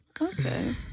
okay